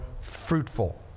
fruitful